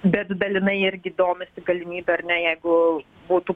bet dalinai irgi domisi galimybe ar ne jeigu būtų